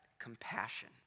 compassion